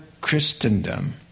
Christendom